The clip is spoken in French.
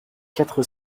quatre